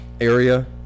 area